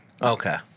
Okay